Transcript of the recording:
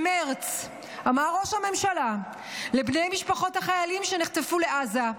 בחודש מרץ אמר ראש הממשלה לבני משפחות החיילים שנחטפו לעזה: